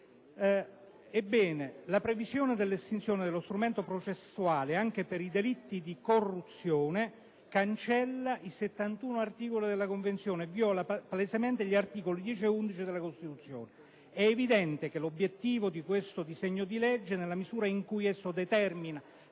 Ebbene, la previsione dell'estinzione dello strumento processuale anche per i delitti di corruzione cancella i 71 articoli della Convenzione e viola palesemente gli articoli 10 e 11 della Costituzione. È evidente che l'obiettivo di questo disegno di legge, nella misura in cui esso determina